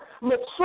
mature